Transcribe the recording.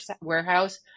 warehouse